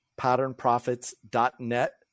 patternprofits.net